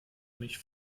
mich